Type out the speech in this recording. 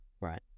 Right